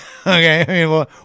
Okay